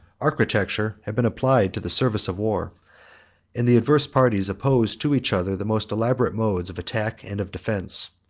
architecture, have been applied to the service of war and the adverse parties oppose to each other the most elaborate modes of attack and of defence.